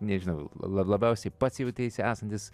nežinau la labiausiai pats jauteisi esantis